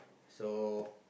so